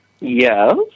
Yes